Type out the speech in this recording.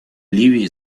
ливии